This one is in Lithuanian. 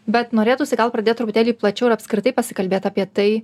bet norėtųsi gal pradėt truputėlį plačiau ir apskritai pasikalbėt apie tai